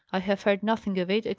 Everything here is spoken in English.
i have heard nothing of it,